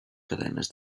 cadenes